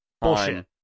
Bullshit